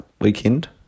weekend